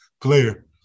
player